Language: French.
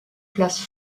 place